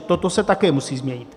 Toto se také musí změnit.